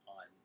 on